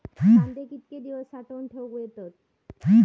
कांदे कितके दिवस साठऊन ठेवक येतत?